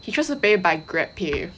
he choose to pay by GrabPay